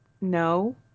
No